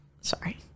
Sorry